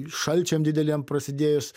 šalčiam dideliem prasidėjus